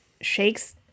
shakes